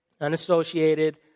unassociated